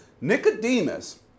Nicodemus